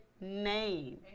name